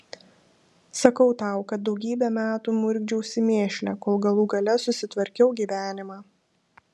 sakau tau kad daugybę metų murkdžiausi mėšle kol galų gale susitvarkiau gyvenimą